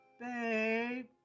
babe